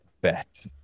bet